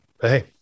Hey